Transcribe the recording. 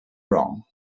wrong